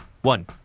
One